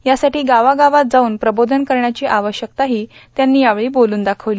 यासाठी गावागावात जाऊन प्रबोधन करण्याची आवश्यकताही त्यांनी यावेळी बोलून दाखविली